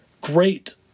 great